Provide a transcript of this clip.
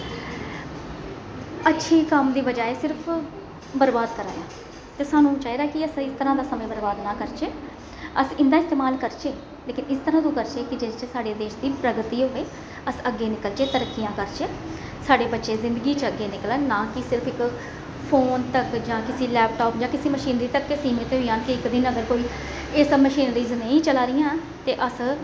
अच्छी कम्म दी बजाए सिर्फ बरबाद करां दे आं ते सानूं चाहिदा कि अस इस तरह दा समां बरबाद नेईं करचै अस इं'दा इस्तामल करचै लेकिन इस तरह दा करचै कि जेह्दे च साढ़े देश दी प्रगति होवे ते अस अग्गें निकलचे तरक्कियां करचै साढ़े बच्चे जिंदगी च अग्गें निकलन ना कि सिर्फ इक फोन तक जां किसे लैपटाप जा किसे मशीनरी तक गै सीमत होई जान इक दिन अगर कोई इस मशीन नेईं चला दियां न ते अस